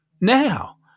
now